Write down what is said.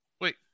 Wait